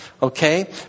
Okay